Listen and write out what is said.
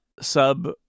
sub